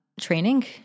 training